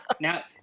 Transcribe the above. now